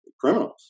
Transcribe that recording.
criminals